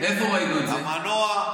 המנוע,